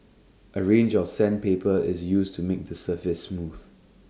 A range of sandpaper is used to make the surface smooth